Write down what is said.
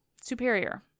superior